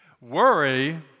Worry